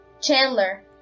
Chandler